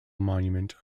monument